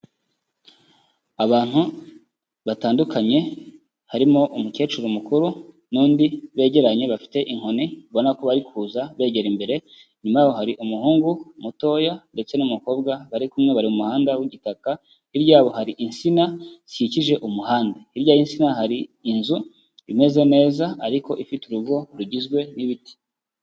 Aantu batandukanye, harimo umukecuru mukuru n'undi begeranye bafite inkoni, ubona ko bari kuza begera imbere, inyuma hari umuhungu mutoya ndetse n'umukobwa bari kumwe bari mu muhanda w'igitaka, hirya yabo hari insina zikikije umuhanda. Hirya y'insina hari inzu imeze neza ariko ifite urugo rugizwe n'ibiti.